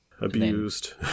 Abused